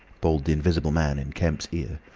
bawled the invisible man in kemp's ear.